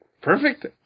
perfect